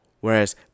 whereas